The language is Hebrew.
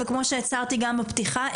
כמו שהצהרתי גם בפתיחה,